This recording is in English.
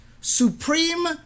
supreme